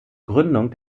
gründung